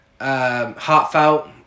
heartfelt